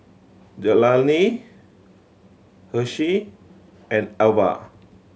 Jelani Hershel and Alver